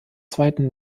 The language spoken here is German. zweiten